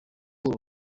uru